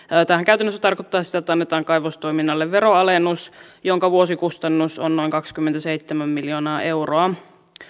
tämähän käytännössä tarkoittaa sitä että annetaan kaivostoiminnalle veronalennus jonka vuosikustannus on noin kaksikymmentäseitsemän miljoonaa euroa